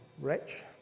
rich